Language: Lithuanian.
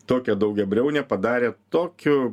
tokią daugiabriaunę padarė tokiu